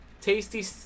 tasty